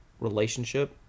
relationship